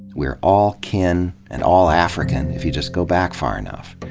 we're all kin, and all african, if you just go back far enough.